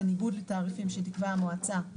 בניגוד לתעריפים שתקבע המועצה,